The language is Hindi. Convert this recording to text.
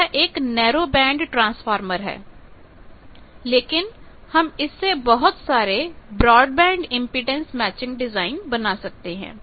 यह एक नैरो बैंडट्रांसफार्मर है लेकिन हम इससे बहुत सारे ब्रॉडबैंड इंपेडेंस मैचिंग डिजाइन बना सकते हैं